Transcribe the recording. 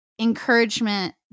encouragement